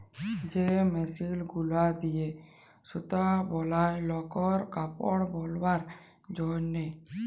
যে মেশিল গুলা দিয়ে সুতা বলায় লকর কাপড় বালাবার জনহে